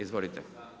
Izvolite.